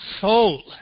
soul